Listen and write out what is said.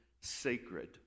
sacred